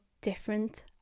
different